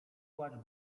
płacz